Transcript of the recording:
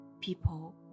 people